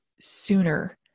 sooner